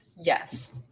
Yes